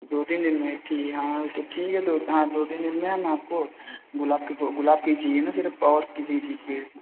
दो तीन दिन में ठीक है हाँ तो ठीक है दो हाँ दो तीन दिन में हम आपको गुलाब के गुलाब के ही चाहिए ना सिर्फ और किसी चीज़ के